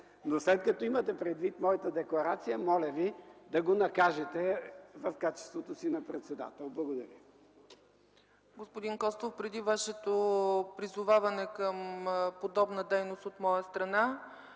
Но след като имате предвид моята декларация, моля Ви да го накажете в качеството си на председател. Благодаря. ПРЕДСЕДАТЕЛ ЦЕЦКА ЦАЧЕВА: Господин Костов, преди Вашето призоваване към подобна дейност от моя страна,